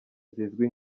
zizwi